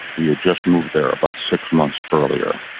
we had just moved there about six months earlier.